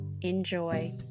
Enjoy